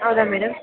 ಹೌದಾ ಮೇಡಮ್